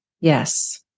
Yes